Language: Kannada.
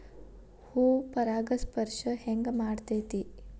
ಹೂ ಪರಾಗಸ್ಪರ್ಶ ಹೆಂಗ್ ಮಾಡ್ತೆತಿ?